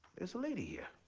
there's a lady here.